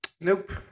Nope